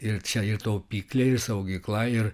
ir čia ir taupyklė ir saugykla ir